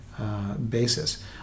Basis